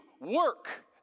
work